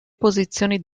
posizioni